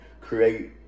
create